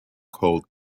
called